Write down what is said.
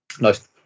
Nice